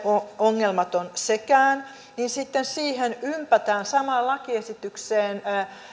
ongelmaton sekään niin sitten siihen samaan lakiesitykseen ympätään